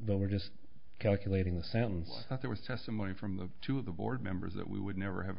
though we're just calculating the sentence i thought there was testimony from the two of the board members that we would never have